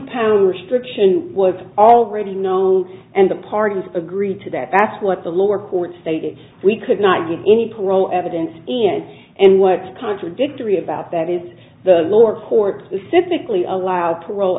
pounds restriction was already known and the pardons agreed to that that's what the lower court stated we could not get any parole evidence in and what contradictory about that is the lower court specifically allowed parole